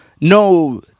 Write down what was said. No